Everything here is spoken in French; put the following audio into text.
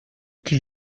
qu’il